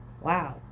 Wow